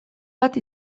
bat